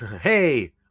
hey